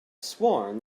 sworn